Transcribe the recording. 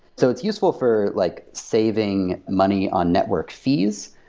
so it's useful for like saving money on network fees.